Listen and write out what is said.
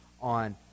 on